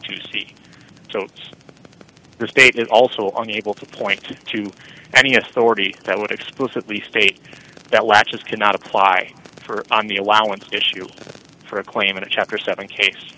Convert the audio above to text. so their state is also on able to point to any authority that would explicitly state that latches cannot apply for on the allowance issue for a claim in a chapter seven case